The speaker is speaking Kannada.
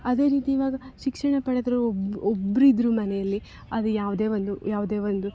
ಅದೇ ರೀತಿ ಇವಾಗ ಶಿಕ್ಷಣ ಪಡೆದ ಒಬ್ಬ ಒಬ್ಬರಿದ್ರು ಮನೆಯಲ್ಲಿ ಅದು ಯಾವುದೇ ಒಂದು ಯಾವುದೇ ಒಂದು